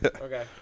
Okay